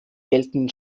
geltenden